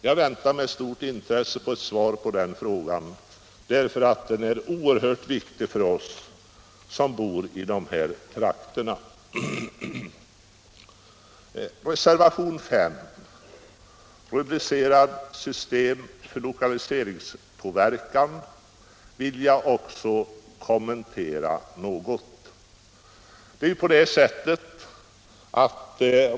Jag väntar med stort intresse på ett svar på den frågan — den är oerhört viktig för oss som bor i dessa trakter. Reservation 5, rubricerad System för lokaliseringspåverkan, vill jag också något kommentera.